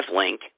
link